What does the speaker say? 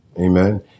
Amen